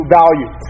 value